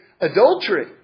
adultery